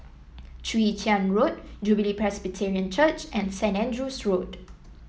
Chwee Chian Road Jubilee Presbyterian Church and St Andrew's Road